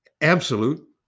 absolute